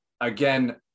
again